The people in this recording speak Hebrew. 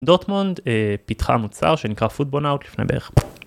דוטמונד פיתחה מוצר שנקרא football out לפני בערך.